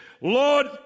Lord